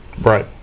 Right